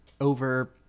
over